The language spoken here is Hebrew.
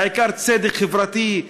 בעיקר צדק חברתי,